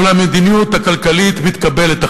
אבל המדיניות הכלכלית מתקבלת,